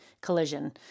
collision